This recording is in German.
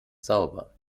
sauber